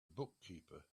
bookkeeper